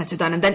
Achuthanandan